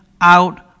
out